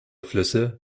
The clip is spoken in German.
flüsse